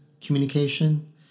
communication